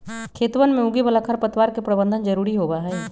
खेतवन में उगे वाला खरपतवार के प्रबंधन जरूरी होबा हई